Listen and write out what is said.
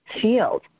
field